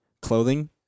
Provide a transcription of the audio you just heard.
clothing